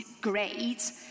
great